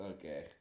Okay